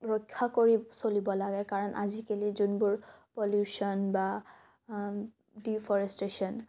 ৰক্ষা কৰি চলিব লাগে কাৰণ আজিকালি যোনবোৰ প্যলুশ্যন বা ডিফৰেষ্টেশ্যন